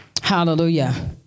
Hallelujah